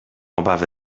obawy